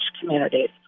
communities